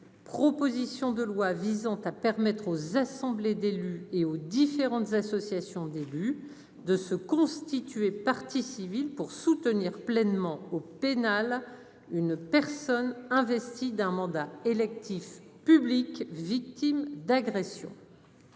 proposition de loi visant à permettre aux assemblées d'élus et aux différentes associations d'élus, de se constituer partie civile pour soutenir pleinement au pénal, une personne investie d'un mandat électif public victime d'agressions.